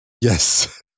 Yes